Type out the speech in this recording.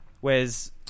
Whereas